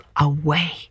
away